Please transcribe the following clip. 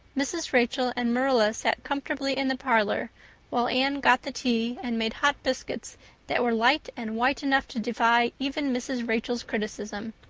mrs. rachel and marilla sat comfortably in the parlor while anne got the tea and made hot biscuits that were light and white enough to defy even mrs. rachel's criticism.